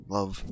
Love